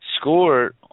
score